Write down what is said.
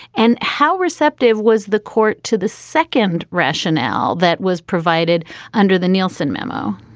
and how receptive was the court to the second rationale that was provided under the neilson memo?